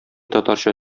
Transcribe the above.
татарча